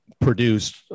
produced